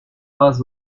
pas